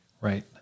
Right